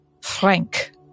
frank